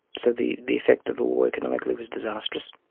so the the effect of the war economically was disastrous.